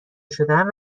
شدهاند